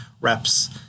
reps